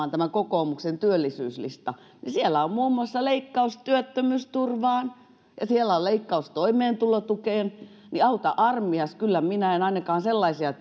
on kokoomuksen työllisyyslista niin siellä on muun muassa leikkaus työttömyysturvaan ja leikkaus toimeentulotukeen auta armias kyllä minä en ainakaan sellaisia